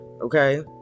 Okay